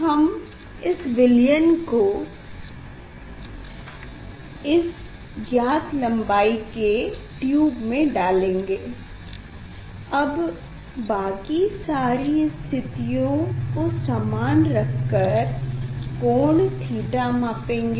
हम इस विलयन को इस ज्ञात लम्बाई के ट्यूब में डालेंगे अब बाकी सारी स्थितियों को समान रख कर कोण थीटा मापेंगे